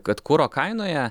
kad kuro kainoje